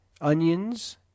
onions